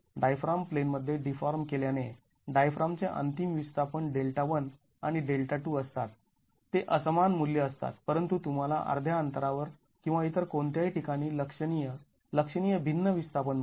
diaphragm प्लेनमध्ये deform केल्याने डायफ्रामचे अंतिम विस्थापन Δ1 आणि Δ2 असतात ते असमान मुल्यं असतात परंतु तुम्हाला अर्ध्या अंतरावर किंवा इतर कोणत्याही ठिकाणी लक्षणीय लक्षणीय भिन्न विस्थापन मिळेल